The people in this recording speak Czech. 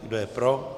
Kdo je pro.